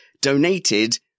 donated